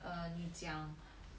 um 讲